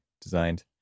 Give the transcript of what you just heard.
designed